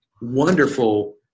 wonderful